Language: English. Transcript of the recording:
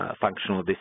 functional